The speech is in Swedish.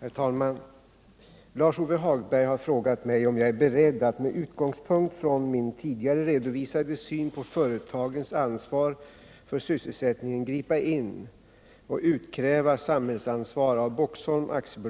Herr talman! Lars-Ove Hagberg har frågat mig om jag är beredd att med utgångspunkt i min tidigare redovisade syn på företagens ansvar för sysselsättningen gripa in och utkräva samhällsansvar av Boxholms AB,